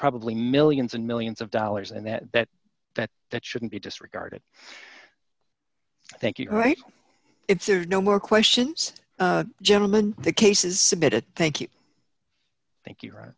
probably millions and millions of dollars and that that that that shouldn't be disregarded i think you're right it says no more questions gentlemen the case is submitted thank you thank you r